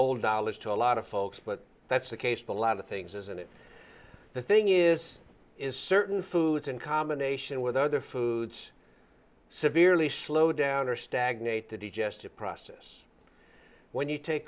old dollars to a lot of folks but that's a case of a lot of things isn't it the thing is is certain foods in combination with other foods severely slow down or stagnate to digest a process when you take